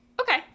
Okay